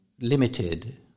limited